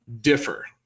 differ